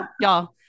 y'all